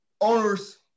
owners